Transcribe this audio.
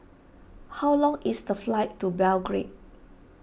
how long is the flight to Belgrade